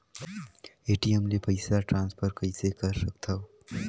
ATM ले पईसा transfer कइसे कर सकथव?